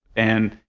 and,